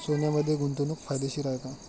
सोन्यामध्ये गुंतवणूक फायदेशीर आहे का?